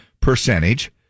percentage